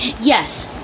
Yes